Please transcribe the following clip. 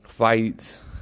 fights